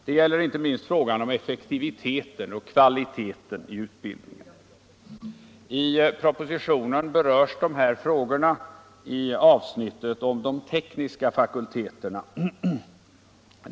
Det gäller inte minst frågan om effektiviteten och kvaliteten i utbildningen. I propositionen berörs dessa frågor i avsnittet om de tekniska fakulteterna.